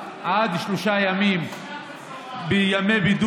עד שלושה ימי בידוד.